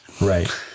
right